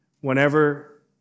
Whenever